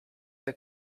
the